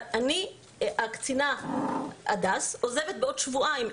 הקצינה הדס עוזבת בעוד שבועיים,